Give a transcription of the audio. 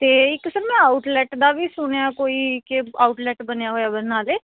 ਅਤੇ ਇੱਕ ਸਰ ਮੈਂ ਆਊਟਲੈਟ ਦਾ ਵੀ ਸੁਣਿਆ ਕੋਈ ਕਿ ਆਊਟਲੈਟ ਬਣਿਆ ਹੋਇਆ ਬਰਨਾਲੇ